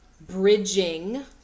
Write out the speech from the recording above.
bridging